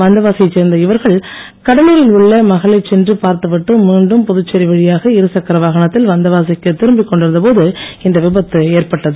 வந்தவாசியைச் சேர்ந்த இவர்கள் கடலூரில் உள்ள மகளைச் சென்று பார்த்துவிட்டு மீண்டும் புதுச்சேரி வழியாக இருசக்கர வாகனத்தில் வந்தவாசிக்கு திரும்பிக் கொண்டிருந்த போது இந்த விபத்து ஏற்பட்டது